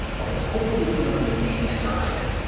ok so hopefully you came up with the same answer i did.